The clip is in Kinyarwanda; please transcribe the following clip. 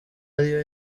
ariyo